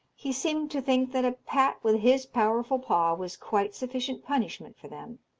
he seemed to think that a pat with his powerful paw was quite sufficient punishment for them,